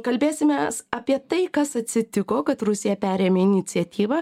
kalbėsimės apie tai kas atsitiko kad rusija perėmė iniciatyvą